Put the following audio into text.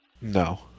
No